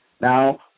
Now